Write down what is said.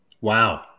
wow